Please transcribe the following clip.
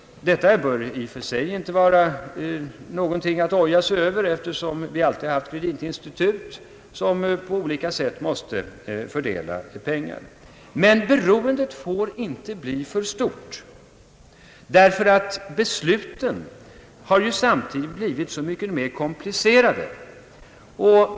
Detta bör i och för sig inte vara någonting att oja sig över, eftersom vi alltid haft kreditinstitut som på olika sätt måste fördela pengar. Men beroendet får inte bli för stort, ty besluten har ju samtidigt blivit så mycket mer komplicerade.